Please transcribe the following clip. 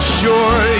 sure